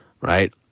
Right